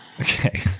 okay